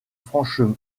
franche